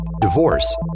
divorce